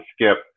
skip